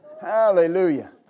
Hallelujah